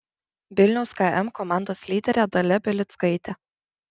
vilniaus km komandos lyderė dalia belickaitė